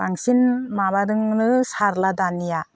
बांसिन माबाजोंनो सारला दानिया